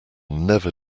never